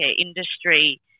industry